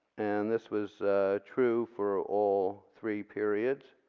and this was true for all three periods.